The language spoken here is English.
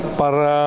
para